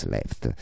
Left